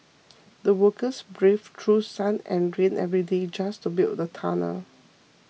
the workers braved through sun and rain every day just to build the tunnel